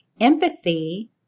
Empathy